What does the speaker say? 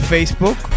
Facebook